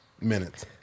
minutes